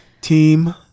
Team